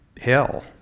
hell